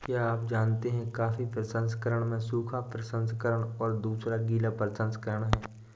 क्या आप जानते है कॉफ़ी प्रसंस्करण में सूखा प्रसंस्करण और दूसरा गीला प्रसंस्करण है?